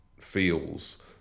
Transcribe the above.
feels